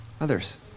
Others